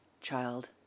child